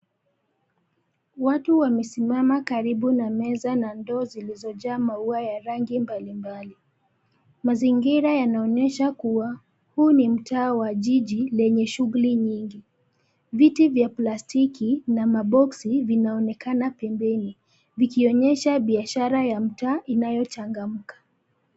Watu wamesimama karibu na meza na ndoo zilizojaa maua ya rangi mbalimbali. Mazingira yanaonyesha kuwa, huu ni mtaa wa jiji lenye shughuli nyingi. Viti vya plastiki, na maboksi vinaonekana pembeni, vikionyesha biashara ya mtaa inayochangamka.